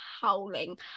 howling